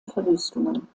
verwüstungen